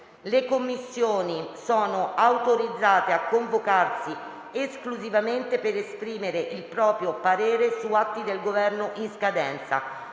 Le Commissioni sono autorizzate a convocarsi esclusivamente per esprimere il proprio parere su atti del Governo in scadenza,